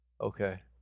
okay